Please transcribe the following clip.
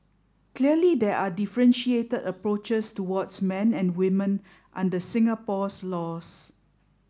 clearly there are differentiated approaches towards men and women under Singapore's laws